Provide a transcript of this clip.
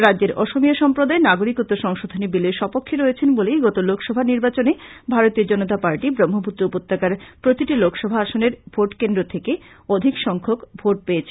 রাজ্যের অসমীয়া সম্প্রদায় নাগরিকত্ব সংশোধনী বিলের সপক্ষে রয়েছেন বলেই গত লোকসভা নির্বাচনে ভারতীয় জনতা পার্টি ব্রহ্মপুত্র উপত্যকার এক একটি লোকসভা আসনের ভোট কেন্দ্র থেকে অধিক সংখ্যক ভোট পেয়েছে